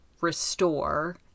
restore